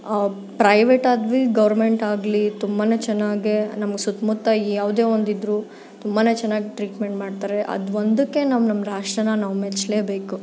private ಆಗಲಿ government ಆಗಲಿ ತುಂಬ ಚೆನ್ನಾಗಿ ನಮ್ಮ ಸುತ್ತ ಮುತ್ತ ಯಾವ್ದೇ ಒಂದು ಇದ್ದರೂ ತುಂಬ ಚೆನ್ನಾಗಿ ಟ್ರೀಟ್ಮೆಂಟ್ ಮಾಡ್ತಾರೆ ಅದು ಒಂದಕ್ಕೇ ನಾವು ನಮ್ಮ ರಾಷ್ಟ್ರಾನ ನಾವು ಮೆಚ್ಚಲೇಬೇಕು